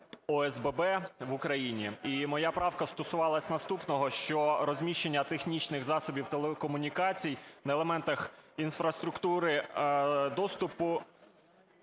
ОСББ в Україні. І моя правка стосувалася наступного, що розміщення технічних засобів телекомунікацій на елементах інфраструктури доступу,